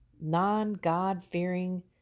non-God-fearing